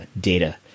data